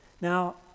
Now